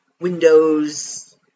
windows